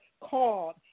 called